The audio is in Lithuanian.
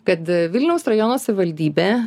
kad vilniaus rajono savivaldybė